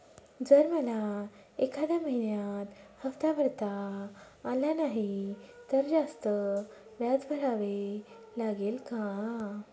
जर मला एखाद्या महिन्यात हफ्ता भरता आला नाही तर जास्त व्याज भरावे लागेल का?